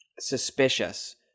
suspicious